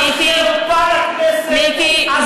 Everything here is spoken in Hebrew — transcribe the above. את הקלטת אותי בשיחה אישית,